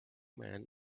man